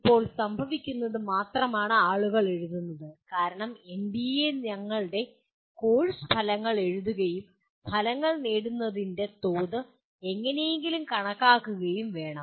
ഇപ്പോൾ സംഭവിക്കുന്നത് മാത്രമാണ് ആളുകൾ എഴുതുന്നത് കാരണം എൻബിഎ നിങ്ങളുടെ കോഴ്സ് ഫലങ്ങൾ എഴുതുകയും ഫലങ്ങൾ നേടുന്നതിന്റെ തോത് എങ്ങനെയെങ്കിലും കണക്കാക്കുകയും വേണം